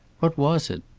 what was it?